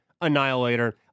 annihilator